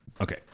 Okay